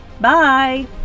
Bye